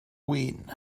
win